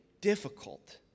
difficult